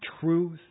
truth